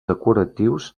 decoratius